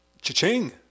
Cha-ching